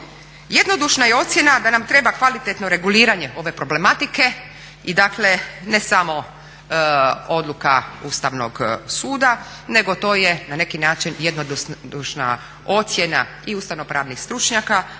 Jednodušna je ocjena da nam treba kvalitetno reguliranje ove problematike i dakle ne smo odluka Ustavnog suda nego to je na neki način jednodušna ocjena i ustavnopravnih stručnjaka